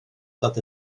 dod